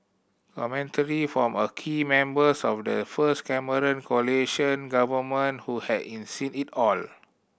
commentary from a key members of the first Cameron coalition government who had it seen it all